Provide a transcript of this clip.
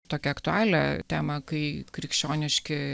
tokią aktualią temą kai krikščioniški